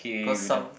cause some